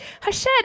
Hashed